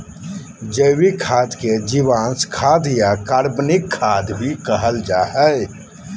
जैविक खाद के जीवांश खाद या कार्बनिक खाद भी कहल जा हइ